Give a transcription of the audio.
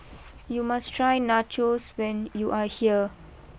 you must try Nachos when you are here